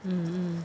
mm mm